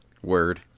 Word